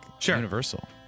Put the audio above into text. universal